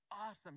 awesome